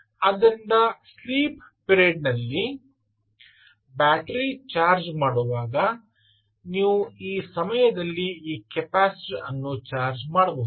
ಆದ್ದರಿಂದ sleep period ನಲ್ಲಿ battery charge ಮಾಡುವಾಗ ನೀವು ಈ ಸಮಯದಲ್ಲಿ ಈ ಕೆಪಾಸಿಟರ್ ಅನ್ನು ಚಾರ್ಜ್ ಮಾಡಬಹುದು